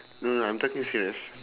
no no I'm talking serious